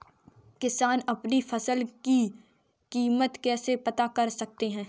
किसान अपनी फसल की कीमत कैसे पता कर सकते हैं?